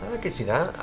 i can see that.